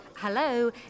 hello